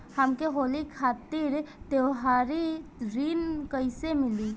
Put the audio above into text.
हमके होली खातिर त्योहारी ऋण कइसे मीली?